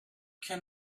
can